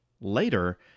later